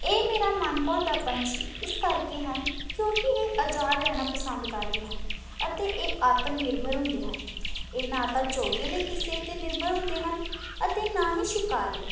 ਇਹ ਮੇਰਾ ਮਨਭਾਉਂਦਾ ਪੰਛੀ ਇਸ ਕਰਕੇ ਹਨ ਕਿਉਂਕਿ ਇਹ ਆਜ਼ਾਦ ਰਹਿਣਾ ਪਸੰਦ ਕਰਦੇ ਹਨ ਅਤੇ ਇਹ ਆਤਮ ਨਿਰਭਰ ਹੁੰਦੇ ਹਨ ਇਹ ਨਾ ਤਾਂ ਚੋਗੇ ਲਈ ਕਿਸੇ 'ਤੇ ਨਿਰਭਰ ਹੁੰਦੇ ਹਨ ਅਤੇ ਨਾ ਹੀ ਸ਼ਿਕਾਰ ਲਈ